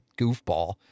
goofball